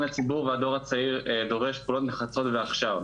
הציבור והדור הצעיר דורש פעולות נחרצות ועכשיו.